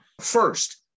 first